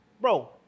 Bro